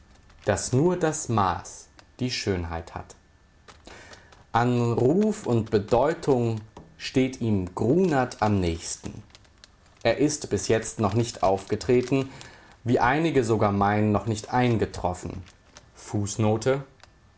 daß nur das maß die schönheit hat an ruf und bedeutung steht ihm grunert am nächsten er ist bis jetzt noch nicht aufgetreten wie einige sogar meinen noch nicht eingetroffen